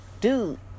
Dude